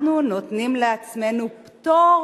אנחנו נותנים לעצמנו פטור